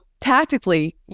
tactically